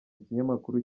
ikinyamakuru